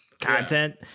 content